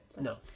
No